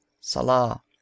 Salah